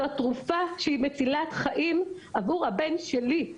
זאת תרופה שהיא מצילת חיים עבור הבן שלי,